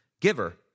giver